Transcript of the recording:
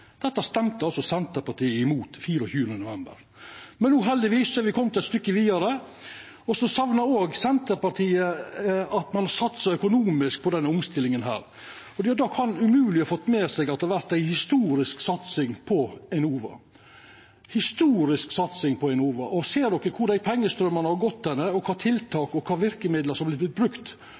Dette stemte Senterpartiet imot den 1. desember 2015. Men no er me heldigvis komne eit stykke vidare. Senterpartiet saknar også at ein satsar økonomisk på denne omstillinga. Då kan dei umogleg ha fått med seg at det har vore ei historisk satsing på Enova – ei historisk satsing på Enova. Ser ein kvar dei pengestraumane har gått, og kva tiltak og verkemiddel som